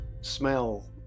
smell